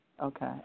Okay